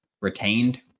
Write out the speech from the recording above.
retained